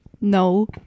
No